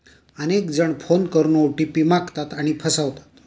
अनेक जण फोन करून ओ.टी.पी मागतात आणि फसवतात